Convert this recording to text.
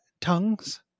tongues